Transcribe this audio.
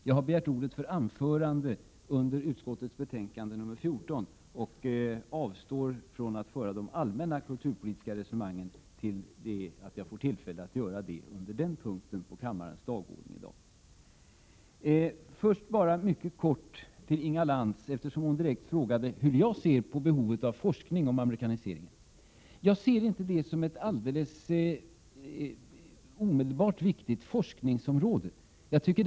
Jag har begärt ordet för anförande under utskottets betänkande 14, och jag avstår här från de allmänna kulturpolitiska resonemangen, som jag får tillfälle att ta upp under den punkten på kammarens dagordning. Först mycket kort till Inga Lantz, eftersom hon frågade om hur jag ser på behovet av forskning om amerikaniseringen. Jag ser inte det som ett viktigt forskningsområde just nu.